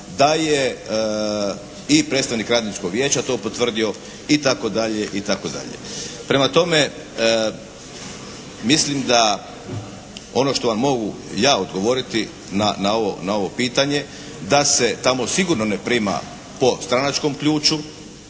da je i predstavnik radničkog vijeća to potvrdio itd. Prema tome, mislim da ono što vam mogu ja odgovoriti na ovo pitanje da se tamo sigurno ne prima po stranačkom ključu.